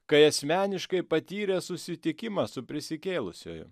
kai asmeniškai patyrė susitikimą su prisikėlusiuoju